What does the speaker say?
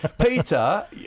Peter